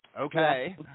Okay